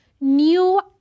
new